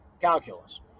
calculus